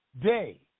day